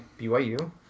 BYU